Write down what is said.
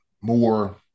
more